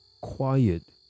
quiet